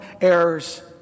errors